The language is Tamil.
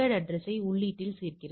841 யைத் தருகிறது